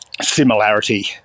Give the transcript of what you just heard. similarity